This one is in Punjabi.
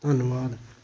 ਧੰਨਵਾਦ